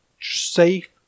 safe